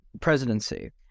presidency